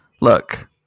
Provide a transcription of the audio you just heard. look